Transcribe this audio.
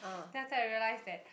then after I realised that